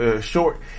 short